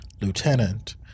Lieutenant